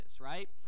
right